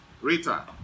rita